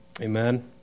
Amen